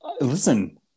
Listen